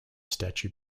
statue